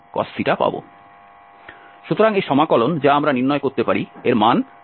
সুতরাং এই সমাকলন যা আমরা নির্ণয় করতে পারি এর মান 2 হবে